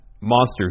monster